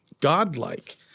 godlike